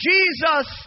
Jesus